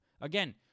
again